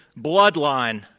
bloodline